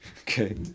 Okay